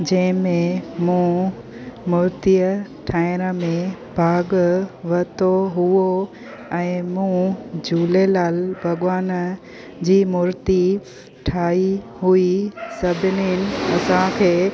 जंहिं में मूं मूर्तिअ ठाहिण में भाॻ वरितो हुओ ऐं मूं झूलेलाल भॻवान जी मूर्ति ठाही हुई सभिनिनि असांखे